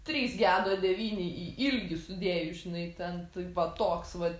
trys gedo devyni į ilgį sudėjus žinai ten taip vat toks vat